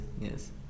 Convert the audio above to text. yes